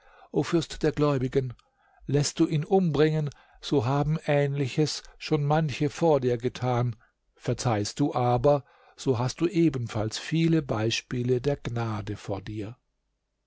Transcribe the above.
o fürst der gläubigen läßt du ihn umbringen so haben ähnliches schon manche vor dir getan verzeihst du aber so hast du ebenfalls viele beispiele der gnade vor dir